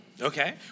Okay